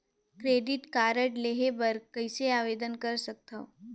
Credit card लेहे बर कइसे आवेदन कर सकथव?